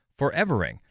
Forevering